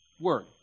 word